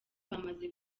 bamaze